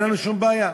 אין לנו שום בעיה,